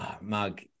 mug